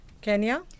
Kenya